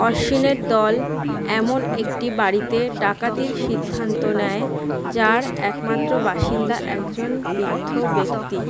অশ্বিনের দল এমন একটি বাড়িতে ডাকাতির সিদ্ধান্ত নেয় যার একমাত্র বাসিন্দা একজন বৃদ্ধ ব্যক্তি